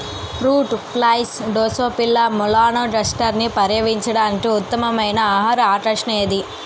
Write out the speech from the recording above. Fruit flies Drosophila మెలనోగాస్టర్ని పర్యవేక్షించడానికి ఉత్తమమైన ఆహార ఆకర్షణ ఏది?